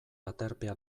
aterpea